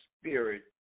spirit